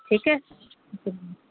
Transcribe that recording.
ٹھیک ہے